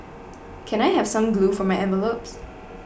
can I have some glue for my envelopes